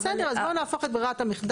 בסדר, אז בואו נהפוך את ברירת המחדל.